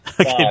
Okay